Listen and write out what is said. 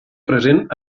present